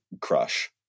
crush